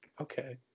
Okay